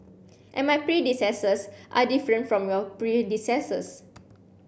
and my predecessors are different from your predecessors